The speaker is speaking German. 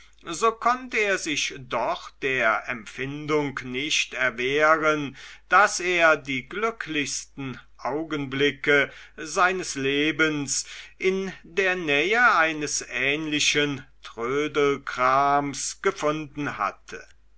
so konnt er sich doch der empfindung nicht erwehren daß er die glücklichsten augenblicke seines lebens in der nähe eines ähnlichen trödelkrams gefunden hatte